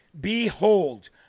Behold